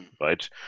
right